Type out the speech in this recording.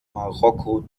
marokko